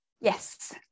Yes